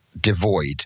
devoid